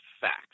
facts